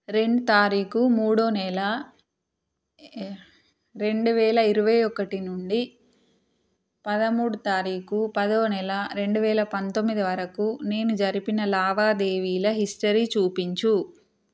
రెండ్ తారీఖు ముడో నెల రెండు వేల ఇరవై ఒకటి నుండి పదమూడ్ తారీఖు పదోవ నెల రెండు వేల పంతొమ్మిది వరకు నేను జరిపిన లావాదేవీల హిస్టరీ చూపించు